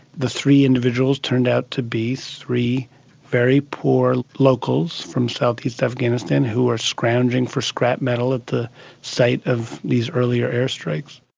the three individuals turned out to be three very poor locals from south-east afghanistan who were scrounging for scrap metal at the site of these earlier airstrikes.